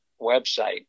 website